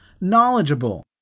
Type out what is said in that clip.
knowledgeable